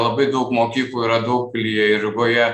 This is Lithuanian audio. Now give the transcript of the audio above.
labai daug mokyklų yra daugpilyje ir rygoje